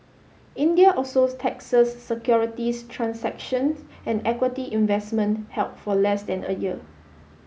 India also taxes securities transactions and equity investment held for less than a year